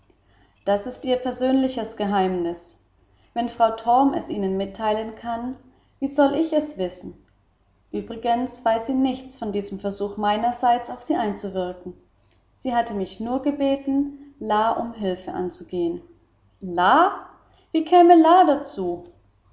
das ist ihr persönliches geheimnis wenn frau torm es ihnen nicht mitteilen kann wie soll ich es wissen übrigens weiß sie nichts von diesem versuch meinerseits auf sie einzuwirken sie hatte mich nur gebeten la um hilfe anzugehen la wie käme la dazu